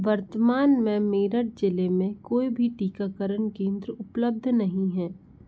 वर्तमान में मेरठ ज़िले में कोई भी टीकाकरण केंद्र उपलब्ध नहीं हैं